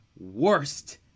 worst